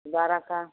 बारह का